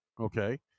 Okay